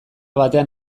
batean